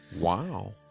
Wow